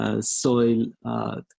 soil